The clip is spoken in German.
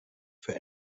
für